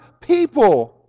people